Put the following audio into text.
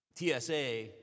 TSA